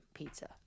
pizza